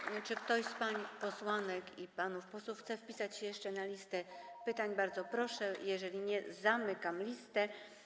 Jeżeli ktoś z pań posłanek i panów posłów chce zapisać się jeszcze na liście pytań, to bardzo proszę, jeżeli nie, to zamykam listę.